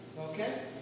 Okay